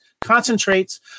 concentrates